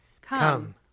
Come